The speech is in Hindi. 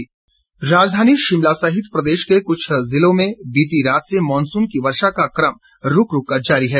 मौसम राजधानी शिमला सहित प्रदेश के कुछ जिलों में बीती रात से मानसून की वर्षा का कम रूक रूक कर जारी है